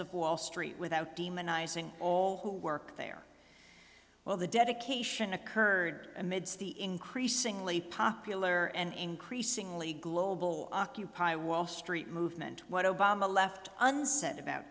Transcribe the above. of wall street without demonizing all who work there well the dedication occurred amidst the increasingly popular and increasingly global occupy wall street movement what obama left unsaid about